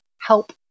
help